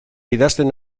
idazten